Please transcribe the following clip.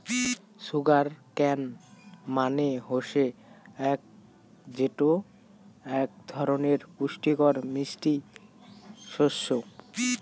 sugar cane মানে হসে আখ যেটো আক ধরণের পুষ্টিকর মিষ্টি শস্য